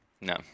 no